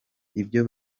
ibyo